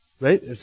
Right